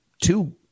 two